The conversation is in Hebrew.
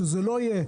שזה לא יהיה,